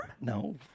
No